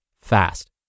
fast